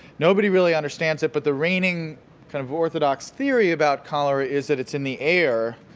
nobody really understands it, but the reigning kind of orthodox theory about cholera is that it's in the air.